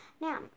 now